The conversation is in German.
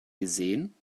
gesehen